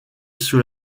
sous